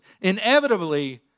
inevitably